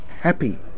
happy